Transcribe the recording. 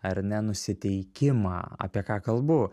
ar ne nusiteikimą apie ką kalbu